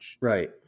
right